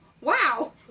Wow